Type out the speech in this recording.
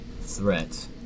threat